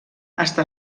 està